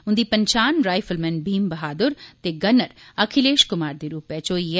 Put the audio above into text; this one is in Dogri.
उंदी पन्छान राईफल मैन भीम बहादुर ते गन्नर अखिलेश कुमार दे रूपै च होई ऐ